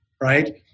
right